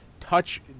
touch